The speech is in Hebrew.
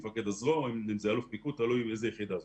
מפקד הזרוע או אלוף פיקוד, תלוי איזו יחידה זאת.